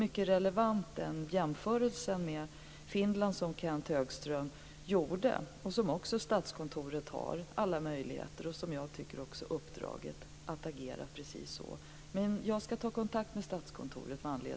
Den jämförelse med Finland som Kenth Högström gjorde är mycket relevant. Och Statskontoret har också alla möjligheter och, som jag tycker, uppdraget att agera precis så. Men jag ska ta kontakt med